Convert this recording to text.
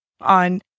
on